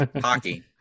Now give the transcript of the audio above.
hockey